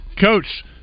Coach